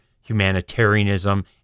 humanitarianism